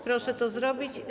Proszę to zrobić.